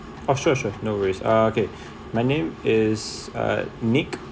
oh sure sure no worries uh okay my name is uh nick